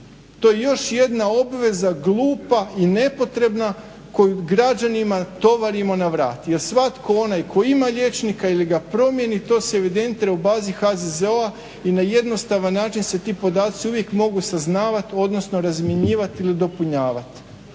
To je još jedna obveza glupa i nepotrebna koju građanima tovarimo na vrat, jer svatko onaj ko ima liječnika ili ga promijeni, to se evidentira u bazi HZZO-a i na jednostavan način se ti podaci uvijek mogu saznavati, odnosno razmjenjivat ili dopunjavat.